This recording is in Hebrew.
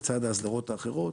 לצד ההסדרות האחרות.